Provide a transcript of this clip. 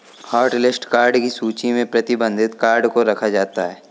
hotlist card की सूची में प्रतिबंधित कार्ड को रखा जाता है